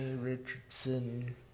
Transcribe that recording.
Richardson